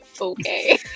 okay